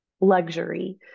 luxury